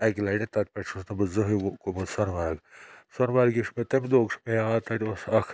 اَکہِ لَکٹہِ تَتہِ پٮ۪ٹھ چھُس نہٕ بہٕ زٕہٕنۍ گوٚمُت سۄنہٕ مرگ سۄنہٕ مرگہِ چھُ مےٚ تَمہِ دۄہک چھُ مے یاد تَتہِ اوس اَکھ